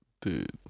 Dude